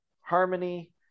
harmony